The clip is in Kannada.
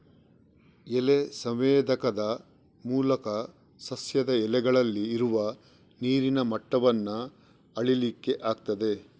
ಎಲೆ ಸಂವೇದಕದ ಮೂಲಕ ಸಸ್ಯದ ಎಲೆಗಳಲ್ಲಿ ಇರುವ ನೀರಿನ ಮಟ್ಟವನ್ನ ಅಳೀಲಿಕ್ಕೆ ಆಗ್ತದೆ